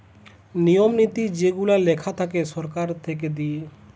নিয়ম নীতি যেগুলা লেখা থাকে সরকার থেকে দিয়ে